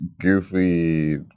goofy